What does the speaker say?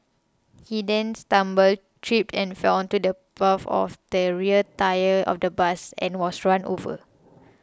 he then stumbled tripped and fell onto the path of the rear tyre of the bus and was run over